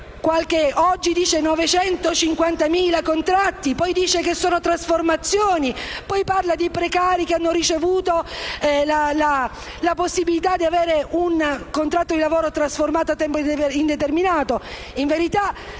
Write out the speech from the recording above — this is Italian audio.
parla di 950.000 contratti. Poi dice che sono trasformazioni; poi parla di precari che hanno ricevuto la possibilità di avere un contratto di lavoro trasformato a tempo indeterminato. In verità,